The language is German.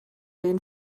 den